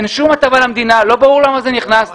אין שום הטבה למדינה ולא ברור למה זה נכנס.